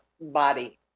body